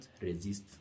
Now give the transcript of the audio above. resist